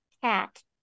cat